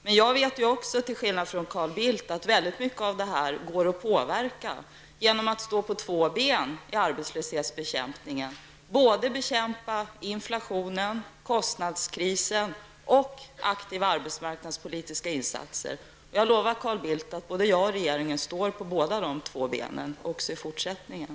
Men jag vet också, till skillnad från Carl Bildt, att mycket av detta går att påverka genom att man står på två ben i arbetslöshetsbekämpningen -- genom att man både bekämpar inflationen och kostnadskrisen och gör aktiva arbetsmarknadspolitiska insatser. Jag lovar Carl Bildt att både jag och regeringen står på båda dessa ben också i fortsättningen.